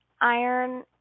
iron